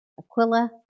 Aquila